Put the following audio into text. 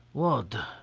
what!